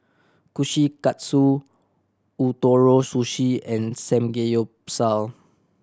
Kushikatsu Ootoro Sushi and Samgeyopsal